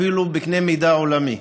אפילו בקנה מידה עולמי.